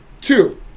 Two